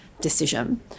decision